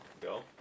Go